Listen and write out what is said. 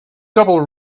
double